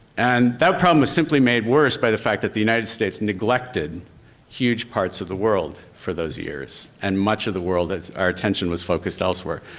and that problem is simply made worse by the fact that the united states neglected huge parts of the world for those years, and much of the world as our attention was focused elsewhere.